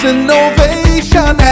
Innovation